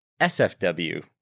SFW